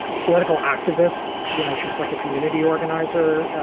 political activist. you know, she was like a community organizer.